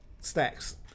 Stacks